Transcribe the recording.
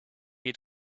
had